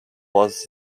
was